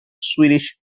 swedish